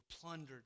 plundered